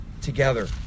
together